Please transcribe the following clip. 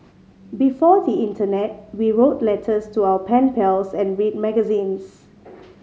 before the internet we wrote letters to our pen pals and read magazines